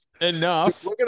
enough